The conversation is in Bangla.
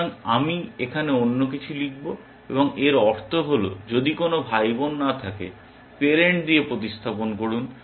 সুতরাং আমি এখানে অন্য কিছু লিখব এবং এর অর্থ হল যদি কোন ভাইবোন না থাকে প্যারেন্ট দিয়ে প্রতিস্থাপন করুন